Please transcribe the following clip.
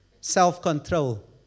self-control